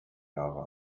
jahre